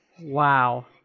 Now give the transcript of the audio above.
Wow